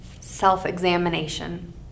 self-examination